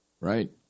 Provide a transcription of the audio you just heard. Right